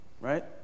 Right